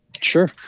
Sure